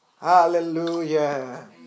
Hallelujah